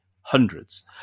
hundreds